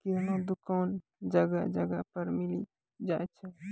किराना दुकान जगह जगह पर मिली जाय छै